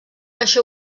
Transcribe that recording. això